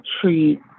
treat